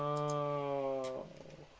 oh